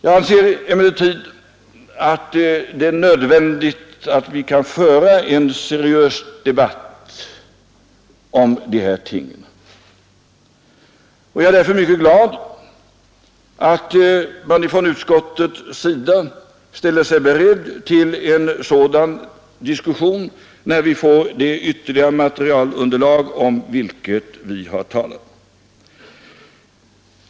Jag anser det emellertid nödvändigt att vi kan föra en seriös debatt om de här tingen. Jag är därför mycket glad för att man från utskottets sida ställer sig beredd till en sådan diskussion när vi fått det ytterligare materialunderlag om vilket vi har talat.